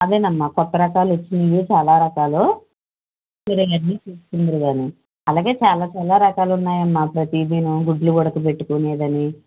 అదేనమ్మా కొత్త రకాలు వచ్చాయి చాలా రకాలు మీరు అవన్నీ తీసుకుందురుగాని అలాగే చాలా చాలా రకాలు ఉన్నాయమ్మ ప్రతిదీను గుడ్లు ఉడకబెట్టుకునేది అని